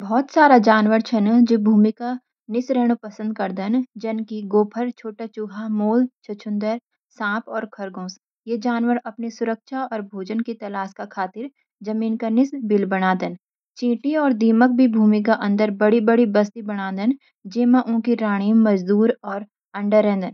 बहुत सारा जानवर भूमि के नीचे रहणा पसंद करदन, जैंत कि गोफ़र (छोटा चूहा), मोल (छछूंदर), साँप और खरगोश। ये जानवर अपनी सुरक्षा और भोजन की तलाश का खातिर जमीन के नीचे बिल बनादन। चींटी और दीमक भी भूमि के अंदर बड़ी-बड़ी बस्ती बणादन, जिण मा उन्का राणी, मजदूर और अंडा रैंदन।